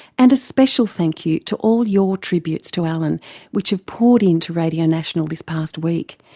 and a special thank you to all your tributes to alan which have poured in to radio national this past week.